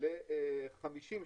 ל-50 שנה,